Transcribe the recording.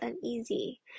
uneasy